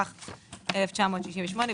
התשכ"ח 1968,